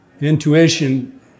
intuition